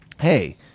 hey